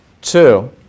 Two